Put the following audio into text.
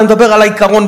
אני מדבר על העיקרון,